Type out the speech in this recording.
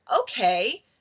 okay